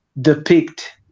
depict